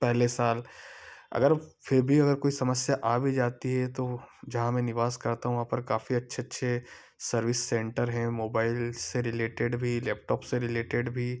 पहले साल अगर फिर भी अगर कोई समस्या आ भी जाती है तो जहाँ में निवास करता हूँ वहाँ पर काफी अच्छे अच्छे सर्विस सेंटर हैं मोबाइल से रिलेटेड भी लैपटॉप से रिलेटेड भी